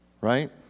right